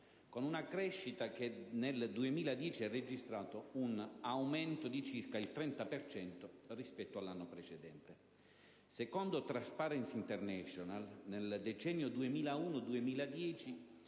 con una crescita che nel 2010 ha registrato un aumento di circa il 30 per cento rispetto all'anno precedente. Secondo *Transparency International*, nel decennio 2001-2010,